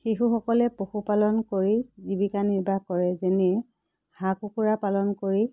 শিশুসকলে পশুপালন কৰি জীৱিকা নিৰ্বাহ কৰে যেনে হাঁহ কুকুৰা পালন কৰি